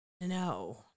No